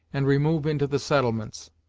and remove into the settlements.